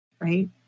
right